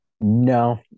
no